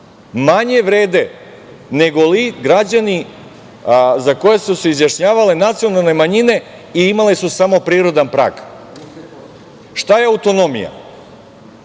manje vrede nego li građani za koje su se izjašnjavale nacionalne manjine i imale su samo prirodan prag. Šta je autonomija?